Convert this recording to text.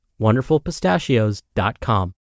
WonderfulPistachios.com